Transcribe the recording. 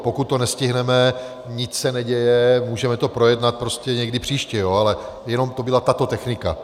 Pokud to nestihneme, nic se neděje, můžeme to projednat prostě někdy příště, ale jenom to byla tato technika.